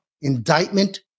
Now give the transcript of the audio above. indictment